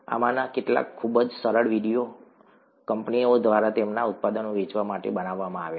આમાંના કેટલાક ખૂબ જ સરસ વિડિયો કંપનીઓ દ્વારા તેમના ઉત્પાદનો વેચવા માટે બનાવવામાં આવ્યા છે